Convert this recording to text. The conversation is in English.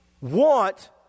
want